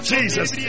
Jesus